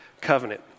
covenant